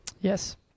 Yes